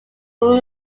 were